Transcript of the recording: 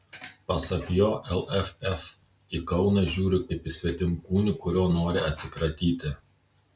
pasak jo lff į kauną žiūri kaip į svetimkūnį kuriuo nori atsikratyti